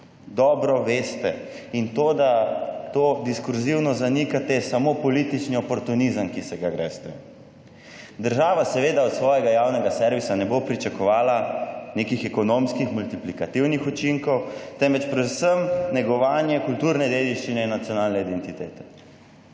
Dobro veste in to, da to diskurzivno zanikate, je samo politični oportunizem, ki se ga greste. Država seveda od svojega javnega servisa ne bo pričakovala nekih ekonomskih multiplikativnih učinkov, temveč predvsem negovanje kulturne dediščine in nacionalne identitete.